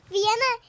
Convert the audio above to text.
Vienna